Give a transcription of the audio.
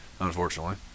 Unfortunately